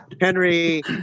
henry